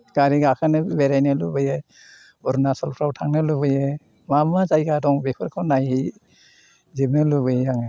गारि गाखोनो बेरायनो लुबैयो अरुणाचलफ्राव थांनो लुबैयो मा मा जायगा दं बेफोरखौ नायहै जोबनो लुबैयो आङो